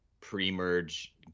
pre-merge